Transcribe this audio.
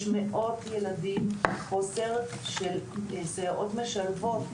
יש מאות ילדים עם חוסר בסייעות משלבות.